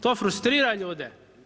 To frustrira ljude.